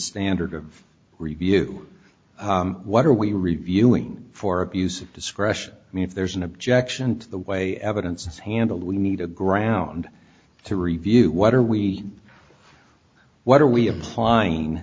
standard of review what are we reviewing for abuse of discretion and if there's an objection to the way evidence is handled we need a ground to review what are we what are we applying